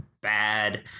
bad